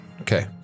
Okay